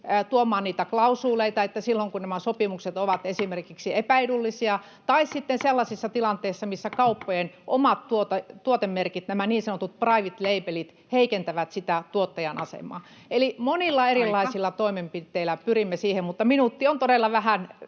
tuomaan klausuuleita silloin, kun nämä sopimukset ovat esimerkiksi epäedullisia, tai sellaisiin tilanteisiin, missä kauppojen omat tuotemerkit, nämä niin sanotut private labelit, heikentävät tuottajan asemaa. [Puhemies: Aika!] Eli monilla erilaisilla toimenpiteillä pyrimme siihen. — Mutta minuutti on todella vähän